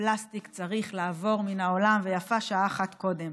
הפלסטיק צריך לעבור מן העולם, ויפה שעה אחת קודם.